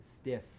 stiff